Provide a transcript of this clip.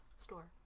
Store